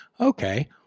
okay